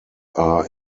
are